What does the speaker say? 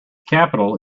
capital